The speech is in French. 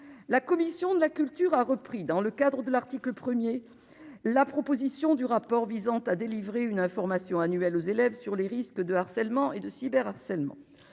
la commission de la culture, a repris dans le cadre de l'article 1er la proposition du rapport visant à délivrer une information annuelle aux élèves sur les risques de harcèlements et de cyber harcèlement